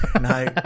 No